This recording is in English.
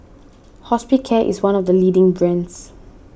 Hospicare is one of the leading brands